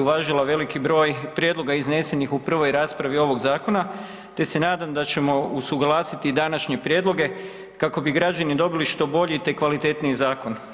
uvažila veliki broj prijedloga iznesenih u prvoj raspravi ovog zakona, te se nadam da ćemo usuglasiti današnje prijedloge kako bi građani dobili što bolji i te kvalitetniji zakon.